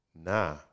Nah